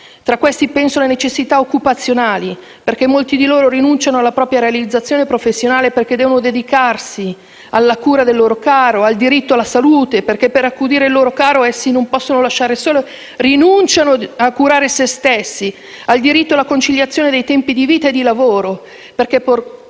Tra questi penso alle necessità occupazionali, perché molte di queste persone rinunciano alla propria realizzazione professionale perché devono dedicarsi alla cura del loro caro; rinunciano al diritto alla salute perché, per accudire il loro caro, che non possono lasciare solo, rinunciano a curare se stessi, così come rinunciano al diritto alla conciliazione dei tempi di vita e di lavoro. Per